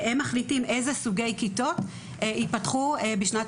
הם מחליטים איזה סוגי כיתות ייפתחו בשנת